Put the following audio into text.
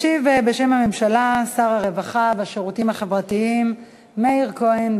ישיב בשם הממשלה שר הרווחה והשירותים החברתיים מאיר כהן,